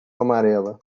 amarela